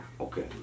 Okay